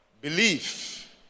Belief